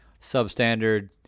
substandard